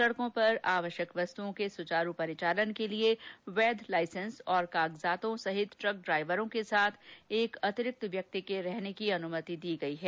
सड़कों पर आवश्यक वस्तुओं के सुचारू परिचालन के लिए वैध लाइसेंस और कागजातों सहित ट्रक ड्राइवरों के साथ एक अतिरिक्त व्यक्ति के रहने की अनुमति प्रदान की गई है